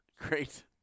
great